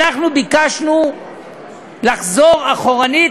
אנחנו ביקשנו לחזור אחורנית,